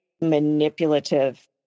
manipulative